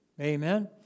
Amen